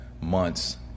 months